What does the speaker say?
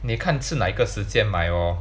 你看是哪一个时间买 lor